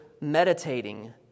meditating